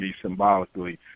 symbolically